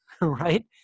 right